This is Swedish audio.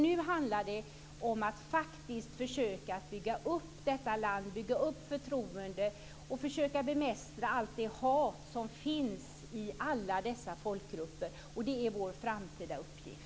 Nu handlar det om att försöka att bygga upp detta land och bygga upp förtroendet, och försöka bemästra allt det hat som finns i alla dessa folkgrupper. Det är vår framtida uppgift.